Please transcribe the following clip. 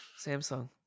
Samsung